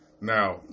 now